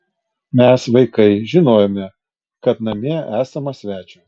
mes vaikai žinojome kad namie esama svečio